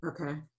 Okay